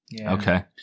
Okay